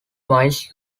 miles